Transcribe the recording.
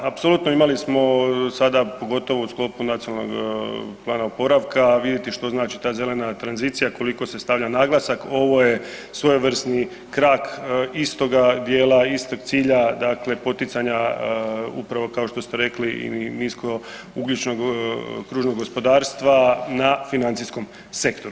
Apsolutno, imali smo sada, pogotovo u sklopu Nacionalnog plana oporavka vidjeti što znači ta zelena tranzicija, koliko se stavlja naglasak, ovo je svojevrsni krak istoga dijela, istoga cilja, dakle poticanja, upravo kao što ste rekli i niskougljičnog kružnog gospodarstva na financijskom sektoru.